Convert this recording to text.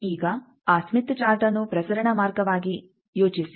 ಈಗ ಆ ಸ್ಮಿತ್ ಚಾರ್ಟ್ಅನ್ನು ಪ್ರಸರಣ ಮಾರ್ಗವಾಗಿ ಯೋಚಿಸಿ